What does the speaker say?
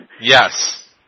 Yes